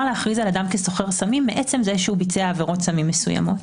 להכריז על אדם סוחר סמים מעצם זה שביצע עבירות סמים מסוימות.